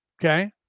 okay